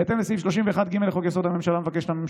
בהתאם לסעיף 31(ג) לחוק-יסוד: הממשלה,